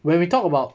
when we talk about